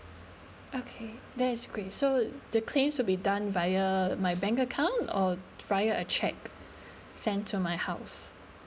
okay that is great so the claims would be done via my bank account or via a cheque send to my house